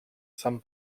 some